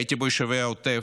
הייתי ביישובי העוטף,